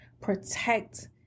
Protect